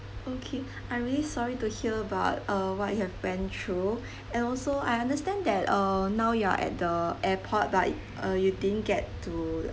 okay I really sorry to hear about uh what you have went through and also I understand that uh now you are at the airport but uh you didn't get to